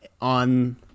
on